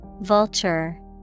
Vulture